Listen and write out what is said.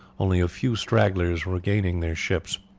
only a few stragglers regaining their ships.